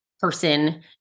person